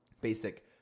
basic